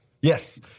Yes